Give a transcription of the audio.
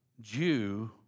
Jew